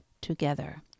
together